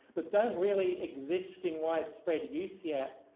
but don't really exist in widespread use yet,